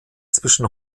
zwischen